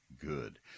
good